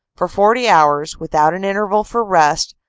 for forty hours, without an interval for rest,